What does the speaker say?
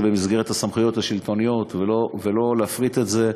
במסגרת הסמכויות השלטוניות ולא להפריט את זה,